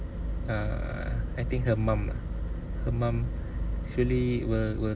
err I think her mum lah her mum surely will will